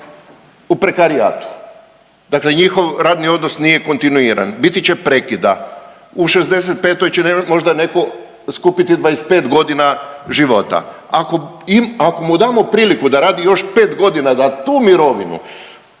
u prekarijatu, dakle njihov radni odnos nije kontinuiran, biti će prekida, u 65.-oj će možda neko skupiti 25.g. života, ako, ako mu damo priliku da radi još 5.g. da tu mirovinu